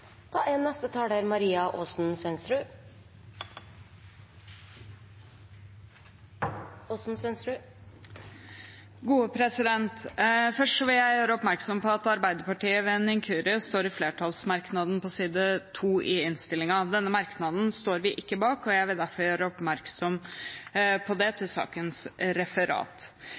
Først vil jeg gjøre oppmerksom på at Arbeiderpartiet ved en inkurie står inne i flertallsmerknaden på side 2 i innstillingen. Denne merknaden står vi ikke bak, og jeg vil derfor gjøre oppmerksom på det til sakens referat.